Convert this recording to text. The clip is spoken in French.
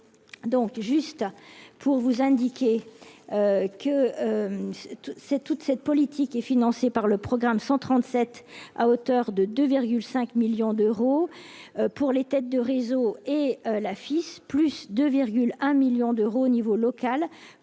donc juste pour vous indiquer que toute cette toute cette politique est financé par le programme 137 à hauteur de 2 5 millions d'euros pour les têtes de réseau et la FIS plus de un 1000000 d'euros au niveau local